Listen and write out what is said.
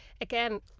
again